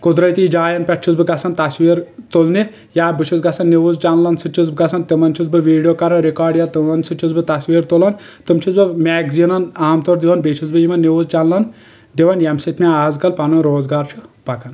قۄدرٔتی جاین پٮ۪ٹھ چھُس بہٕ گژھان تصویٖر تُلنہِ یا بہٕ چھُس گژھان نوٕز چنلن سۭتۍ چھُس بہٕ گژھان تِمن چھُس بہٕ ویٖڈیو کران رکارڈ یا تِمن سۭتۍ چھُس بہٕ تصویٖر تُلان تِم چھُس بہٕ میکزیٖنن عام طور دِوان بیٚیہِ چھُس بہٕ یِمن نیوز چنلن دوان ییٚمہِ سۭتۍ مےٚ آز کل پنُن روزگار چھُ پکان